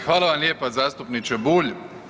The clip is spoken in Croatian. Hvala vam lijepa zastupniče Bulj.